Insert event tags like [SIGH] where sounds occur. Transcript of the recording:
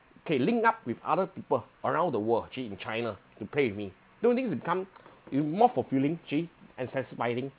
okay link up with other people around the world actually in china to play with me don't you think it's become [BREATH] you more fulfilling actually and satisfying